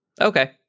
Okay